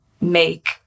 make